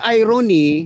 irony